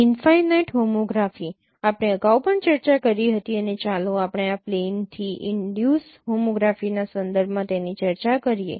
infinite homography આપણે અગાઉ પણ ચર્ચા કરી હતી અને ચાલો આપણે આ પ્લેનથી ઈનડ્યુસ હોમોગ્રાફીના સંદર્ભમાં તેની ચર્ચા કરીએ